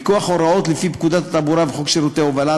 מכוח הוראות לפי פקודת התעבורה וחוק שירותי הובלה,